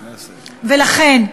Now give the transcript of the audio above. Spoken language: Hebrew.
לכן,